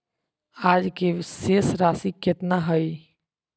आज के शेष राशि केतना हइ?